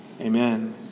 Amen